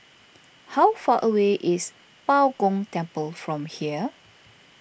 how far away is Bao Gong Temple from here